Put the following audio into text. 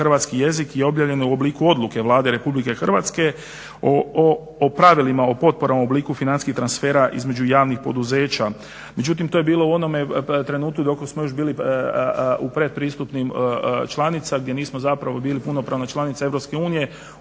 hrvatski jezik i objavljena u obliku odluke Vlade Republike Hrvatske o pravilima o potporama u obliku financijskih transfera između javnih poduzeća. Međutim, to je bilo u onome trenutku dok smo još bili u pretpristupnim članica gdje nismo zapravo bili punopravna članica